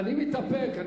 אני מתאפק.